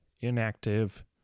inactive